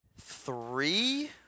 Three